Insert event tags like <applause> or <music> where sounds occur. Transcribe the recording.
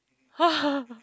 <laughs>